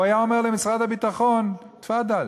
הוא היה אומר למשרד הביטחון: תפאדל,